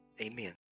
Amen